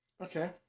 Okay